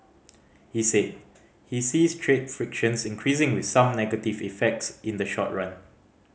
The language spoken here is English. he said he sees trade frictions increasing with some negative effects in the short run